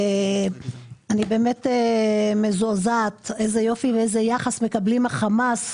אני באמת מזועזעת מהיחס שמקבלים החמאס.